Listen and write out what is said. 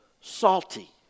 salty